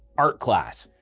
art class!